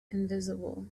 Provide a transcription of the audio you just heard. invisible